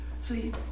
See